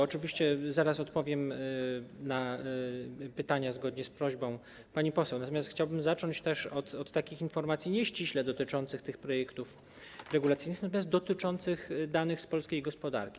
Oczywiście zaraz odpowiem na pytania zgodnie z prośbą pani poseł, natomiast chciałbym zacząć od informacji nie ściśle dotyczących projektów regulacyjnych, natomiast dotyczących danych z polskiej gospodarki.